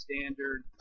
Standard